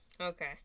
Okay